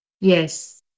Yes